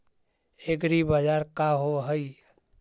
एग्रीबाजार का होव हइ?